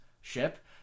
ship